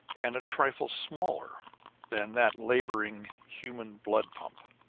and a trifle smaller than that laboring, human blood-pump